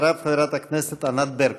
אחריו, חברת הכנסת ענת ברקו.